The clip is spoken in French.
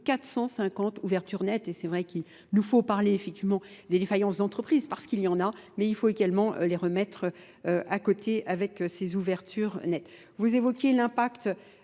450 ouvertures nettes. Et c'est vrai qu'il nous faut parler effectivement des défaillances d'entreprises parce qu'il y en a, mais il faut également les remettre à côté avec ces ouvertures nettes. Vous évoquiez l'impact